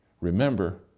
Remember